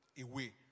away